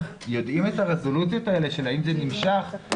יודעים את הרזולוציות הללו: האם זה נמשך,